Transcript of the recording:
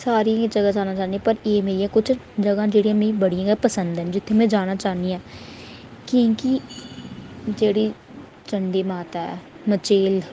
सारी ई जगह् जाना चाह्न्नी आं पर एह् मेरियां किश जगहं न जेह्ड़ियां मिगी बड़ियां गै पसंद न जित्थै में जाना चाह्नी आं की के जेह्ड़ी चंडी माता ऐ मचेल